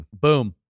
Boom